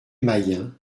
mayen